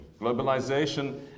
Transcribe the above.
Globalization